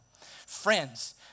Friends